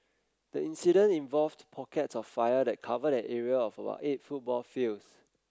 the incident involved pockets of fire that covered an area of about eight football fields